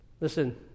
Listen